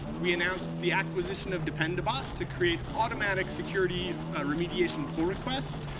we announced the acquisition of dependabot to create automatic security remediation pull requests,